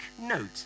note